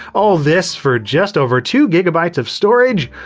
all this for just over two gigabytes of storage?